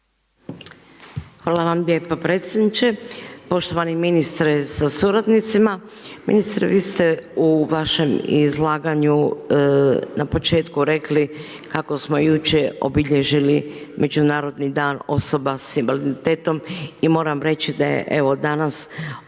Hvala vam lijepa predsjedniče. Poštovani ministre sa suradnicima. Ministre vi ste u vašem izlaganju, na početku rekli, kako ste jučer obilježili međunarodni dan osoba s invaliditetom i moram reći da je danas vrlo